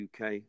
UK